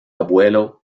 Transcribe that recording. abuelo